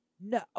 No